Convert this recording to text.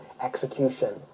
execution